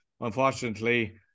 unfortunately